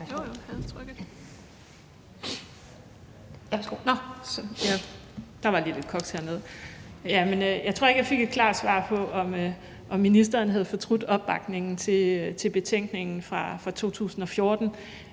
Jeg tror ikke, jeg fik et klart svar på, om ministeren havde fortrudt opbakningen til betænkningen fra 2014.